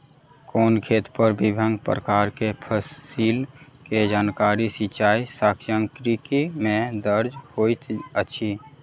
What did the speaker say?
कोनो खेत पर विभिन प्रकार के फसिल के जानकारी सिचाई सांख्यिकी में दर्ज होइत अछि